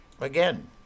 again